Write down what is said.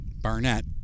Barnett